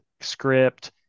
script